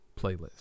playlist